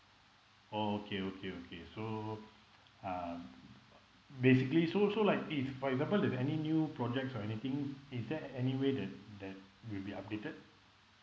oh okay okay okay so uh basically so so like if for example if any new projects or anything is there any way that that will be updated